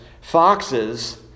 foxes